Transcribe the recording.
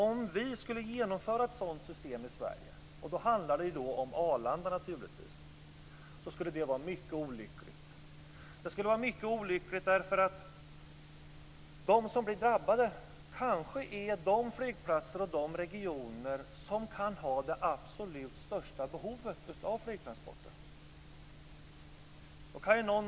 Om vi i Sverige genomförde ett sådant system - naturligtvis handlar det då om Arlanda - skulle det vara mycket olyckligt därför att de som då drabbas kanske är de flygplatser och de regioner som har det absolut största behovet av flygtransporter.